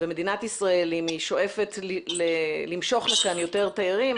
מדינת ישראל אם היא שואפת למשוך אליה יותר תיירים,